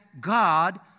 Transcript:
God